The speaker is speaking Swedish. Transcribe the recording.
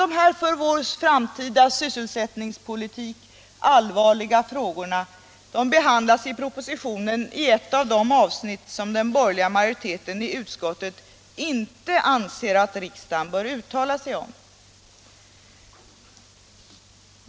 Dessa för vår framtida sysselsättningspolitik allvarliga frågor behandlas i propositionen i ett av de avsnitt som den borgerliga majoriteten i utskottet inte anser att riksdagen bör uttala sig om.